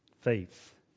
Faith